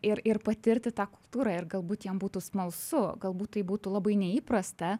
ir ir patirti tą kultūrą ir galbūt jiem būtų smalsu galbūt tai būtų labai neįprasta